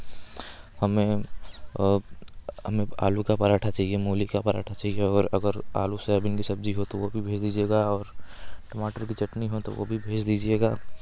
हमें हमें आलू का पराँठा चाहिए मूली का पराँठा चाहिए और अगर आलू सोयाबीन की सब्ज़ी हो तो वह भी भेज दीजिएगा और टमाटर की चटनी हो तो वह भी भेज दीजिएगा